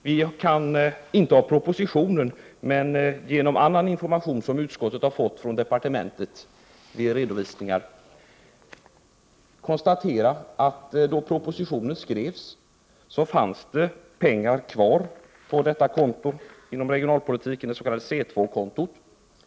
Vi kan inte av propositionen men genom annan information som utskottet har fått från departementet konstatera att det fanns pengar kvar på detta konto beträffande regionalpolitiken, det s.k. C 2-kontot, när propositionen skrevs.